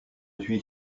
suis